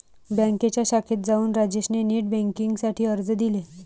बँकेच्या शाखेत जाऊन राजेश ने नेट बेन्किंग साठी अर्ज दिले